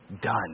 done